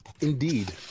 Indeed